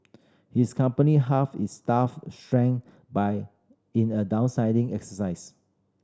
his company halved its staff strength by in a downsizing exercise